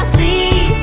me